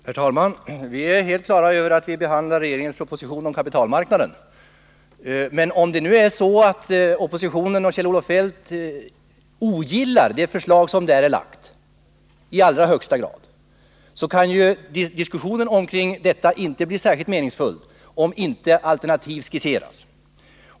Herr talman! Vi är helt klara över att vi behandlar regeringens proposition om kapitalmarknaden. Men om oppositionen och Kjell-Olof Feldt ogillar propositionens förslag i allra högsta grad kan ju diskussionen omkring det inte bli särskilt meningsfull om inte alternativ skisseras.